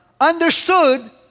understood